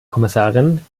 kommissarin